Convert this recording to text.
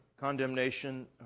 condemnation